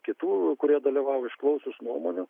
kitų kurie dalyvavo išklausius nuomonių